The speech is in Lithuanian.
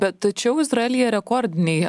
bet tačiau izraelyje rekordiniai